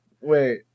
wait